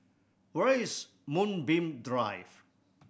where is Moonbeam Drive